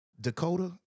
Dakota